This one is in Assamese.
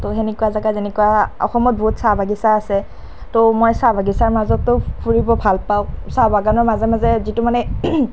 তো সেনেকুৱা জেগা যেনেকুৱা অসমত বহুত চাহ বাগিচা আছে তো মই চাহ বাগিচাৰ মাজতো ফুৰিব ভাল পাওঁ চাহ বাগানৰ মাজে মাজে যিটো মানে